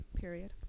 Period